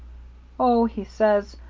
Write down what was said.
oh, he says,